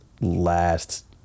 last